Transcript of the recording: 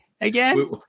again